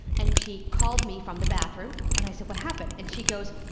and she called me from the bathroom. and i said, what happened? and she goes,